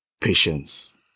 patience